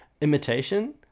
imitation